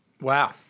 Wow